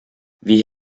wie